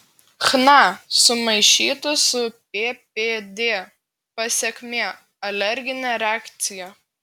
chna sumaišytų su ppd pasekmė alerginė reakcija